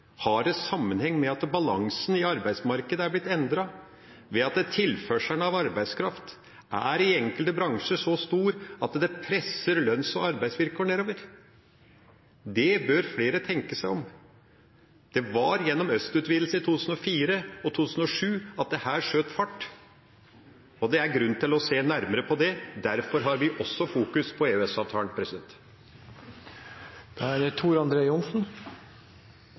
Har det sammenheng med at balansen i arbeidsmarkedet er blitt endret ved at tilførselen av arbeidskraft i enkelte bransjer er så stor at det presser lønns- og arbeidsvilkår nedover? Her bør flere tenke seg om. Det var gjennom østutvidelsen i 2004 og i 2007 at dette skjøt fart, og det er grunn til å se nærmere på det. Derfor har vi også fokus på